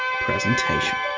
presentation